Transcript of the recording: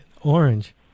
orange